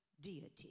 deity